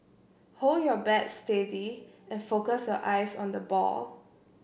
hold your bat steady and focus your eyes on the ball